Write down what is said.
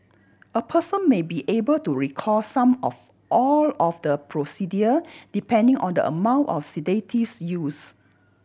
a person may be able to recall some of all of the procedure depending on the amount of sedatives used